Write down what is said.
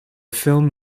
film